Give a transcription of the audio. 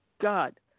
God